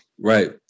Right